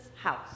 house